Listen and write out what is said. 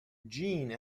jeanne